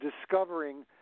discovering